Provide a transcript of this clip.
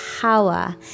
power